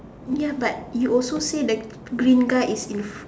ya but you also say the green guy is in